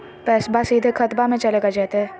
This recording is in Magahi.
पैसाबा सीधे खतबा मे चलेगा जयते?